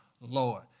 Lord